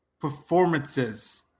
performances